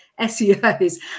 SEOs